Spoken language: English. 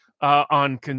on